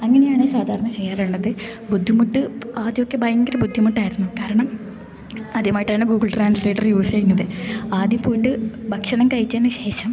അങ്ങനെയാണ് സാധാരണ ചെയ്യാറുള്ളത് ബുദ്ധിമുട്ട് ആദ്യമൊക്കെ ഭയങ്കര ബുദ്ധിമുട്ടായിരുന്നു കാരണം ആദ്യമായിട്ടാണ് ഗൂഗിൾ ട്രാൻസ്ലേറ്റർ യൂസ് ചെയ്യുന്നത് ആദ്യം പോയിട്ട് ഭക്ഷണം കഴിച്ചതിന് ശേഷം